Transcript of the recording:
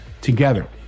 together